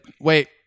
wait